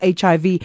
HIV